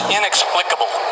inexplicable